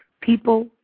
People